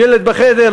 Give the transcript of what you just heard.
הילד בחדר,